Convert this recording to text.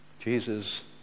Jesus